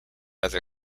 other